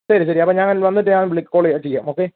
ശരി ശരി അപ്പോൾ ഞാൻ വന്നിട്ട് ഞാൻ വിളി കോൾ ചെയ്യാം ചെയ്യാം ഓക്കെ